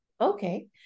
Okay